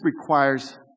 requires